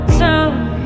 time